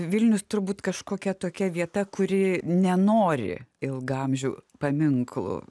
vilnius turbūt kažkokia tokia vieta kuri nenori ilgaamžių paminklų